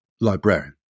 librarian